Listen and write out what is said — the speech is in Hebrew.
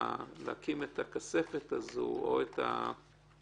הקמת הכספת הזאת או הקבוצה,